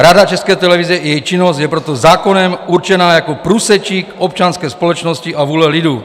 Rada České televize a její činnost je proto zákonem určena jako průsečík občanské společnosti a vůle lidu.